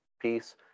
piece